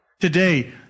Today